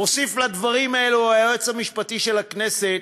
מוסיף לדברים האלו היועץ המשפטי של הכנסת,